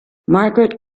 margaret